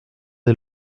des